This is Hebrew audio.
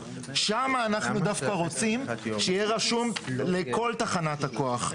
שם אנחנו דווקא רוצים שיהיה רשום לכל תחנת הכוח,